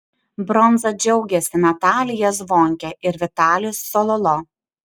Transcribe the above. bronza džiaugėsi natalija zvonkė ir vitalijus cololo